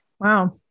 Wow